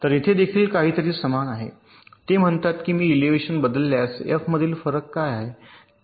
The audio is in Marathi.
तर येथे देखील हे काहीतरी समान आहे ते म्हणतात मी इलेवन बदलल्यास एफ मधील बदल काय आहे